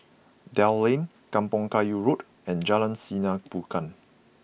Dell Lane Kampong Kayu Road and Jalan Sinar Bulan